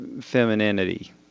femininity